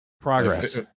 Progress